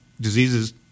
diseases